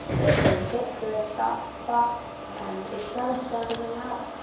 that they hit the stop clock, and it's got to be done within an hour.